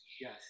Yes